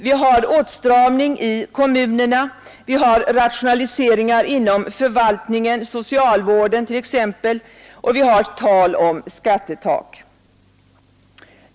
Vi har åtstramning i kommunerna, rationaliseringar inom förvaltningarna — socialvården t.ex. — och det talas om skattetak.